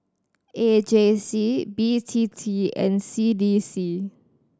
A J C B T T and C D C